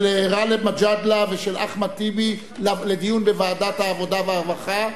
של גאלב מג'אדלה ושל אחמד טיבי לדיון בוועדת העבודה והרווחה,